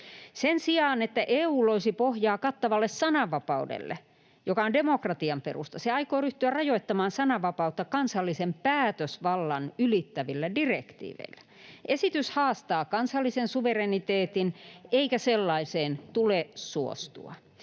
Sen sijaan että EU loisi pohjaa kattavalle sananvapaudelle, joka on demokratian perusta, se aikoo ryhtyä rajoittamaan sananvapautta kansallisen päätösvallan ylittävillä direktiiveillä. Esitys haastaa kansallisen suvereniteetin, eikä sellaiseen tule suostua.